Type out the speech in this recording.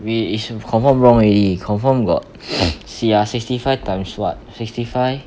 wait is you confirm wrong already confirm got see ah sixty five times what sixty five